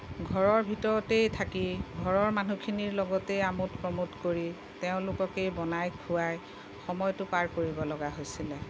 ঘৰৰ ভিতৰতেই থাকি ঘৰৰ মানুহখিনিৰ লগতেই আমোদ প্ৰমোদ কৰি তেওঁলোককেই বনাই খোৱাই সময়টো পাৰ কৰিবলগা হৈছিলে